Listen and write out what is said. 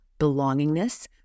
Belongingness